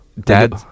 Dad